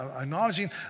acknowledging